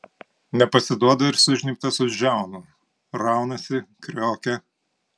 nepasiduoda ir sužnybtas už žiaunų raunasi kriokia